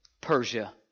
Persia